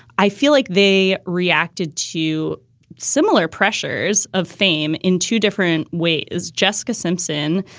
i feel like they reacted to similar pressures of fame in two different ways. jessica simpson,